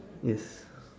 yes